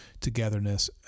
togetherness